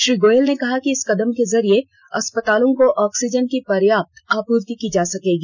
श्री गोयल ने कहा कि इस कदम के जरिए अस्पतालों को ऑक्सीजन की पर्याप्त आपूर्ति की जा सकेगी